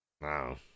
Wow